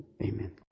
amen